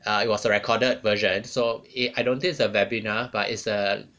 err it was a recorded version so it I don't think it's a webinar but it's err